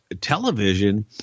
television